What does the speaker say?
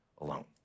alone